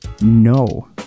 no